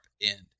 end